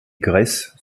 graisses